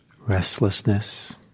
Restlessness